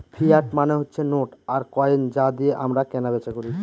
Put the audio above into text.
fiat মানে হচ্ছে note আর কয়েন যা দিয়ে আমরা কেনা বেচা করি